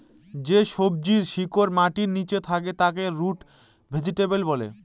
যে সবজির শিকড় মাটির নীচে থাকে তাকে রুট ভেজিটেবল বলে